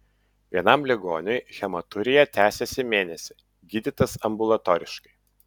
vienam ligoniui hematurija tęsėsi mėnesį gydytas ambulatoriškai